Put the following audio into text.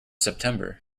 september